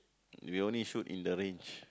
we only shoot in the range